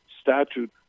statute